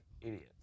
idiots